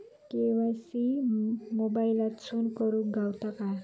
KYC मोबाईलातसून करुक गावता काय?